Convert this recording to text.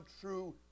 true